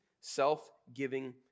self-giving